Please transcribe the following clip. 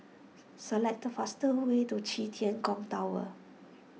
select the fastest way to Qi Tian Gong Temple